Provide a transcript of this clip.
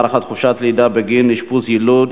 הארכת חופשת הלידה בגין אשפוז יילוד),